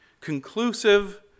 conclusive